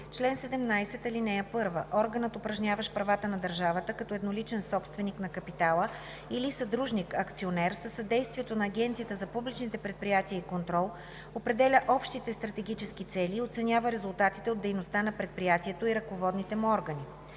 „Чл. 17. (1) Органът, упражняващ правата на държавата като едноличен собственик на капитала или съдружник/акционер, със съдействието на Агенцията за публичните предприятия и контрол определя общите стратегически цели и оценява резултатите от дейността на предприятието и ръководните му органи.